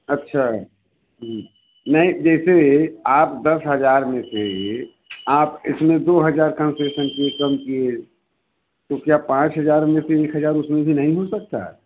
अच्छा नहीं जइसे आप दस हज़ार में से आप इसमें दो हज़ार कंसेशन किए कम किए तो क्या पाँच हजार में से एक हज़ार उसमें से नहीं हो सकता